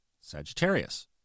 Sagittarius